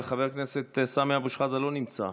אבל חבר הכנסת סמי אבו שחאדה לא נמצא.